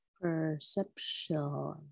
Perception